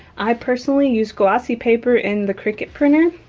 i personally use glossy paper in the cricut printer.